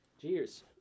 Cheers